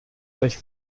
gleich